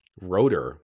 rotor